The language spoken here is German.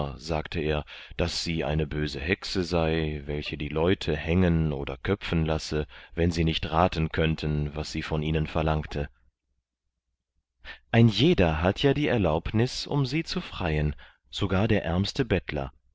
sagte er daß sie eine böse hexe sei welche die leute hängen oder köpfen lasse wenn sie nicht raten könnten was sie von ihnen verlangte ein jeder hat ja die erlaubnis um sie zu freien sogar der ärmste bettler